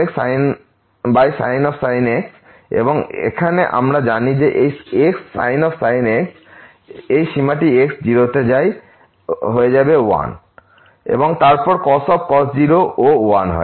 সুতরাং xcos x sin x এবং এখন আমরা জানি যে এই xsin x এই সীমাটি x 0তে যায় 1হয়ে যায় এবং তারপর cos 0 ও 1 হয়